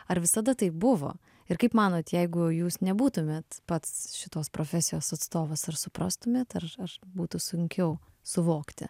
ar visada taip buvo ir kaip manot jeigu jūs nebūtumėt pats šitos profesijos atstovas ar suprastumėt ar ar būtų sunkiau suvokti